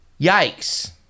Yikes